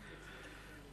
בבקשה.